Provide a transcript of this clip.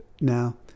now